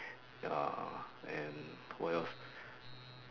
ya and what else